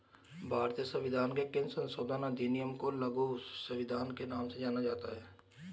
भारतीय संविधान के किस संशोधन अधिनियम को लघु संविधान के नाम से जाना जाता है?